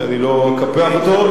שאני לא אקפח אותו.